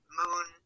moon